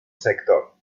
sector